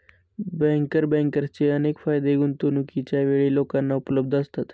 banker बँकर्सचे अनेक फायदे गुंतवणूकीच्या वेळी लोकांना उपलब्ध असतात